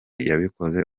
yabikoze